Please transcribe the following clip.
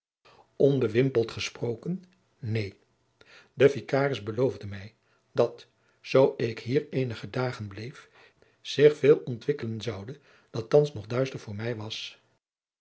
onbewimpeld gesproken neen de vicaris beloofde mij dat zoo ik hier eenige dagen bleef zich veel ontwikkelen zoude dat thands nog duister voor mij was